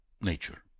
nature